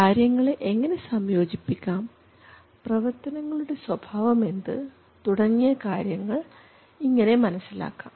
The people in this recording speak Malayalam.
കാര്യങ്ങളെ എങ്ങനെ സംയോജിപ്പിക്കാം പ്രവർത്തനങ്ങളുടെ സ്വഭാവം എന്ത് തുടങ്ങിയ കാര്യങ്ങൾ ഇങ്ങനെ മനസ്സിലാക്കാം